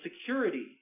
security